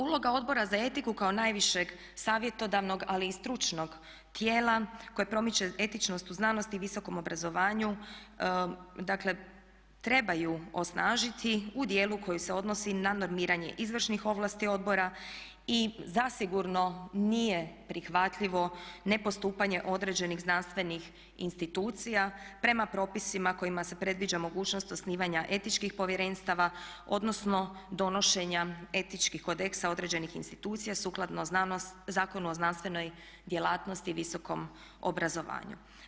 Uloga Odbora za etiku kao najvišeg savjetodavnog ali i stručnog tijela koje promiče etičnost u znanosti i visokom obrazovanju treba je osnažiti u dijelu koji se odnosi na normiranje izvršnih ovlasti odbora i zasigurno nije prihvatljivo nepostupanje određenih znanstvenih institucija prema propisima kojima se predviđa mogućnost osnivanja etičkih povjerenstava odnosno donošenja etičkih kodeksa određenih institucija sukladno Zakonu o znanstvenoj djelatnosti i visokom obrazovanju.